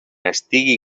estigui